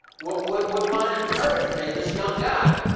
would would want to encourage me, this young guy.